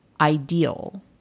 ideal